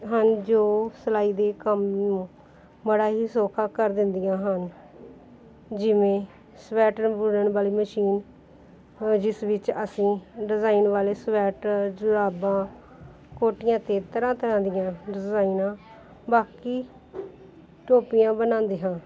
ਹਨ ਜੋ ਸਿਲਾਈ ਦੇ ਕੰਮ ਨੂੰ ਬੜਾ ਹੀ ਸੌਖਾ ਕਰ ਦਿੰਦੀਆਂ ਹਨ ਜਿਵੇਂ ਸਵੈਟਰ ਬੁਣਨ ਵਾਲੀ ਮਸ਼ੀਨ ਜਿਸ ਵਿੱਚ ਅਸੀਂ ਡਜ਼ਾਇਨ ਵਾਲੇ ਸਵੈਟਰ ਜੁਰਾਬਾਂ ਕੋਟੀਆਂ 'ਤੇ ਤਰ੍ਹਾਂ ਤਰ੍ਹਾਂ ਦੀਆਂ ਡਿਜ਼ਾਈਨਾਂ ਬਾਕੀ ਟੋਪੀਆਂ ਬਣਾਉਂਦੇ ਹਾਂ